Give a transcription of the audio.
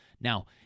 Now